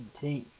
team